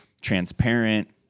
transparent